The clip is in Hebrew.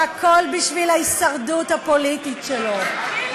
והכול בשביל ההישרדות הפוליטית שלו.